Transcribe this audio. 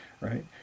right